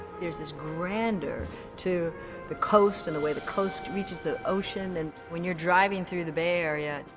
there's this grandeur to the coast and the way the coast reaches the ocean. and when you're driving through the bay area,